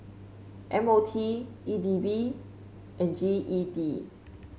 M O T E D B and G E D